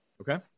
Okay